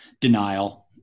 Denial